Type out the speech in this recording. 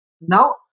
Now